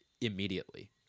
immediately